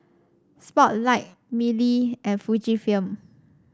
Spotlight Mili and Fujifilm